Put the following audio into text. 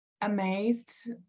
amazed